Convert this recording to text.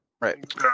Right